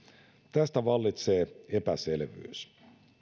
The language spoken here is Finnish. tästä vallitsee epäselvyys